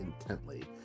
intently